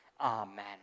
amen